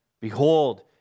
Behold